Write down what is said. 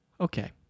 Okay